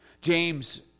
James